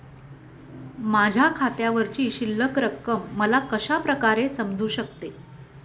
माझ्या खात्यावरची शिल्लक रक्कम मला कशा प्रकारे समजू शकते?